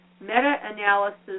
Meta-analysis